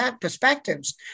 perspectives